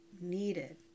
needed